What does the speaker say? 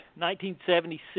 1976